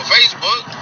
Facebook